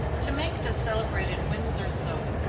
to make the celebrated windsor soap,